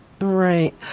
Right